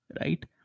right